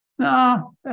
No